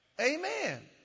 Amen